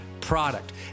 product